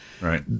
right